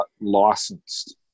licensed